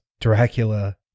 dracula